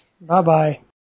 Bye-bye